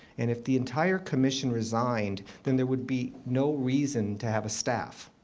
and if the entire commission resigned, then there would be no reason to have a staff.